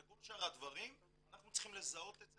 וכל שאר הדברים, אנחנו צריכים לזהות את זה